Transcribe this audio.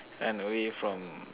run away from